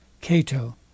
Cato